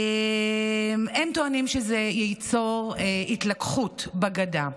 הם טוענים שזה ייצור התלקחות בגדה,